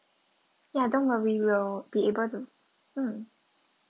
ya don't worry we'll be able to mm